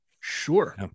Sure